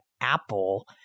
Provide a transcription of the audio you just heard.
Apple